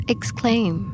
Exclaim